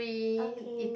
okay